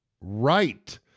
right